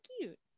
cute